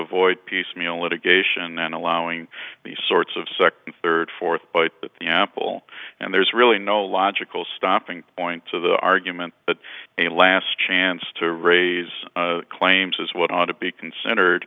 avoid piecemeal litigation and allowing these sorts of second third fourth bite at the apple and there's really no logical stopping points of the argument but a last chance to raise claims is what ought to be considered